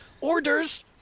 Orders